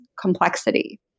complexity